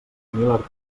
mil